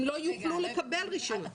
הם לא יוכלו לקבל רישיונות.